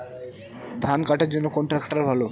ধান কাটার জন্য কোন ট্রাক্টর ভালো?